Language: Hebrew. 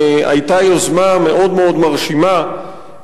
היתה יוזמה מאוד מרשימה,